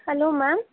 hello ma'am